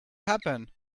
happen